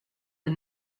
des